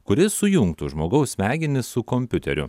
kuri sujungtų žmogaus smegenis su kompiuteriu